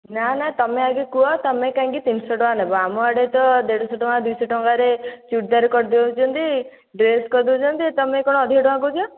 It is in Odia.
ନା ନା ତୁମେ ଆଗେ କୁହ ତୁମେ କାହିଁକି ତିନିଶହ ଟଙ୍କା ନେବ ଆମ ଆଡ଼େ ତ ଦେଢ଼ଶହ ଟଙ୍କା ଦୁଇଶହ ଟଙ୍କାରେ ଚୁଡ଼ିଦାର କରିଦେଉଛନ୍ତି ଡ୍ରେସ କରିଦେଉଛନ୍ତି ତୁମେ କ'ଣ ଅଧିକ ଟଙ୍କା କହୁଛ